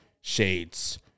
shades